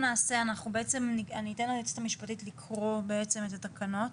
אני אתן ליועצת המשפטית לקרוא בעצם את התקנות,